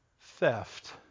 Theft